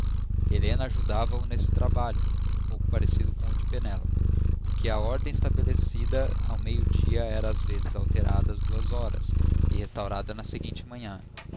bibliófilo helena ajudava o nesse trabalho um pouco parecido com o de enélope porque a ordem estabelecida ao meiodia era às vezes alterada às duas horas e restaurada na seguinte manhã